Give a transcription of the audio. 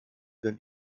denn